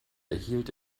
erhielt